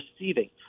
receiving